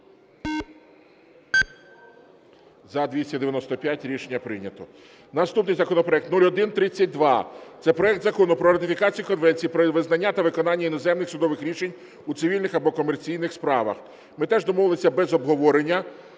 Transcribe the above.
За-295 Рішення прийнято. Наступний законопроект 0132. Це проект Закону про ратифікацію Конвенції про визнання та виконання іноземних судових рішень у цивільних або комерційних справах. Ми теж домовилися без обговорення.